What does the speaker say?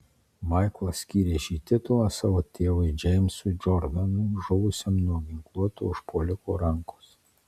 maiklas skyrė šį titulą savo tėvui džeimsui džordanui žuvusiam nuo ginkluoto užpuoliko rankos